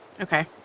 Okay